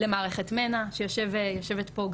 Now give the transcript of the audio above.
למערכת מנ"ע שיושבת פה,